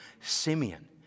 Simeon